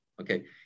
Okay